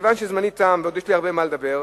מכיוון שזמני תם, ועוד יש לי הרבה מה לדבר,